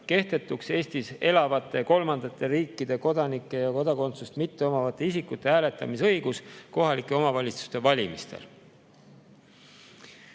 kehtetuks Eestis elavate kolmandate riikide kodanike ja kodakondsuseta isikute hääletamisõigus kohalike omavalitsuste valimistel.